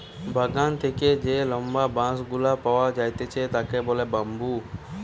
বাগান থেকে যে লম্বা বাঁশ গুলা পাওয়া যাইতেছে তাকে বলে বাম্বু